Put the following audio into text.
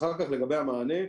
אחר כך לגבי המענה,